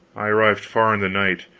i arrived far in the night.